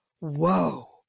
whoa